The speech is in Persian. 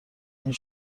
این